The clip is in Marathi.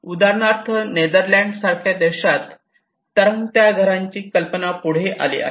उदाहरणार्थ नेदरलँड सारख्या देशात तरंगते घराची कल्पना पुढे आली आहे